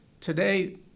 today